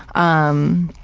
um,